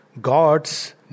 God's